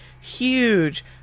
huge